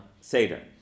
Seder